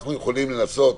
אנחנו יכולים לנסות,